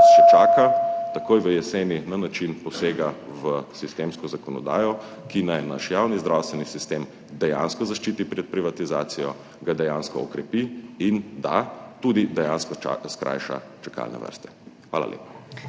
še čaka takoj jeseni, na način posega v sistemsko zakonodajo, ki naj naš javni zdravstveni sistem dejansko zaščiti pred privatizacijo, ga dejansko okrepi in, da, tudi dejansko skrajša čakalne vrste. Hvala lepa.